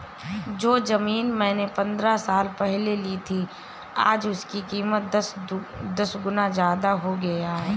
जो जमीन मैंने पंद्रह साल पहले ली थी, आज उसकी कीमत दस गुना जादा हो गई है